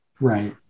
right